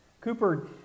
Cooper